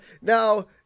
Now